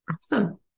Awesome